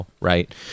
Right